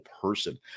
person